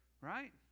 right